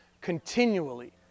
continually